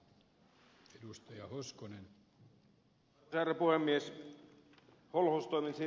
arvoisa herra puhemies